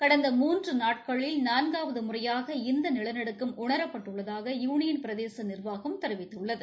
கடந்த மூன்று நாட்களில் நான்வாது முறையாக இந்த நிலநடுக்கம் உணரப்பட்டுள்ளதாக யுளியன் பிரதேச நிர்வாகம் தெரிவித்துள்ளது